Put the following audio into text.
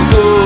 go